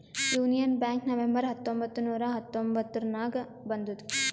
union Bank November ಹತ್ತೊಂಬತ್ತ್ ನೂರಾ ಹತೊಂಬತ್ತುರ್ನಾಗ್ ಬಂದುದ್